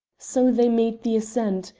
so they made the ascent,